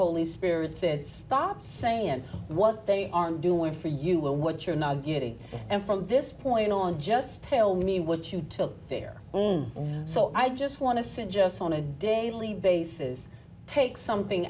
holy spirit said stop saying what they are doing for you and what you're not getting and from this point on just tell me what you til they're being so i just want to send just on a daily basis take something